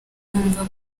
yumva